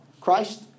Christ